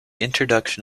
introduction